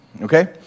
Okay